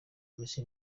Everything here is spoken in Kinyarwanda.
messi